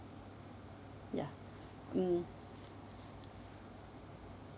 ya mm